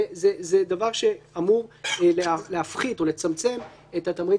זה דבר שאמור להפחית או לצמצם את הכמות